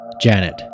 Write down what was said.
Janet